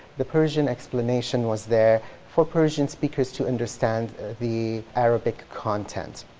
the persian explanation was there for persian speakers to understand the arabic content.